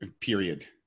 period